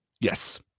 Yes